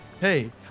hey